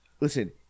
listen